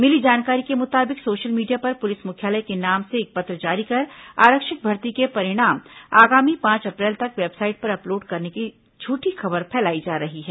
मिली जानकारी के मुताबिक सोशल मीडिया पर पुलिस मुख्यालय के नाम से एक पत्र जारी कर आरक्षक भर्ती के परिणाम आगामी पांच अप्रैल तक वेबसाइट पर अपलोड करने की झूठी खबर फैलाई जा रही है